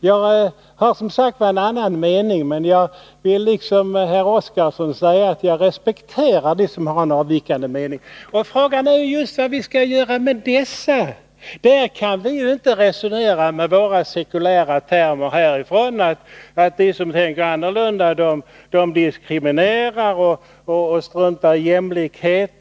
Jag har som sagt en annan mening, men jag vill liksom herr Oskarson säga att jag respekterar dem som tänker annorlunda. Frågan är just vad vi skall göra med dessa. Vi kan ju inte resonera om dem med våra sekulära termer och säga att de som tänker annorlunda diskriminerar och struntar i jämlikhet.